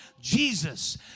Jesus